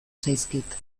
zaizkit